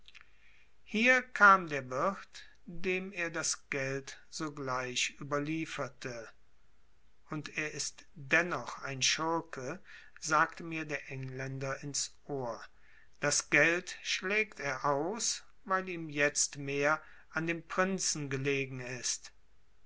hier kam der wirt dem er das geld sogleich überlieferte und er ist dennoch ein schurke sagte mir der engländer ins ohr das geld schlägt er aus weil ihm jetzt mehr an dem prinzen gelegen ist